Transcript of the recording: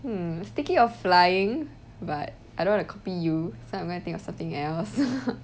hmm I was thinking of flying but I don't wanna copy you so I'm gonna think of something else